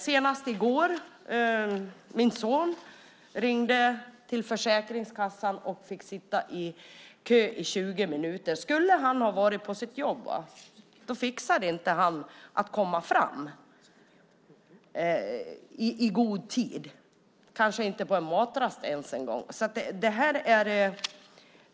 Senast i går ringde min son till Försäkringskassan och fick sitta i kö i 20 minuter. Skulle han ha varit på sitt jobb hade han inte fixat att komma fram i god tid, kanske inte ens på en matrast.